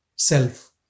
self